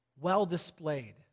well-displayed